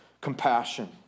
Compassion